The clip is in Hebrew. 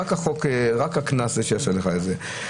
רק הקנס יעשה לך את זה.